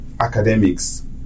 academics